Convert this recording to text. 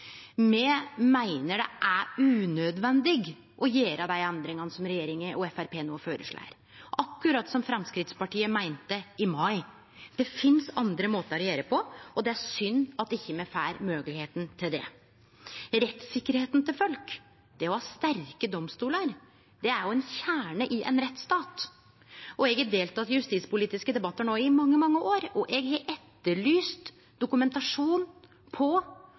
Me meiner det er unødvendig å gjere dei endringane som regjeringa og Framstegspartiet no føreslår, akkurat som Framstegspartiet meinte i mai. Det finst andre måtar å gjere det på, og det er synd at me ikkje får moglegheit til det. Rettssikkerheita til folk, det å ha sterke domstolar, er ein kjerne i ein rettsstat. Eg har delteke i justispolitiske debattar i mange, mange år, og eg har etterlyst dokumentasjon på